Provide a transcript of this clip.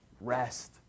rest